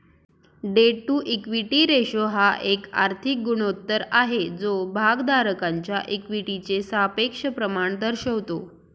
date to equity ratio हा एक आर्थिक गुणोत्तर आहे जो भागधारकांच्या इक्विटीचे सापेक्ष प्रमाण दर्शवतो